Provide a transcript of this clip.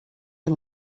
and